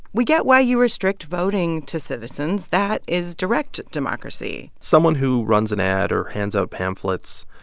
we get why you restrict voting to citizens. that is direct democracy someone who runs an ad or hands out pamphlets,